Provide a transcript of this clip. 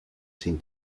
sin